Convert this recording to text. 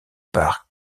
par